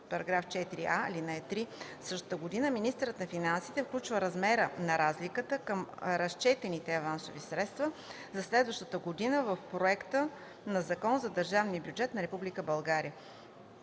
по § 4а, ал. 3 за същата година, министърът на финансите включва размера на разликата към разчетените авансови средства за следващата година в Проекта на закон за държавния бюджет на Република България.